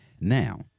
Now